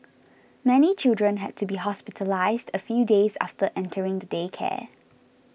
many children had to be hospitalised a few days after entering the daycare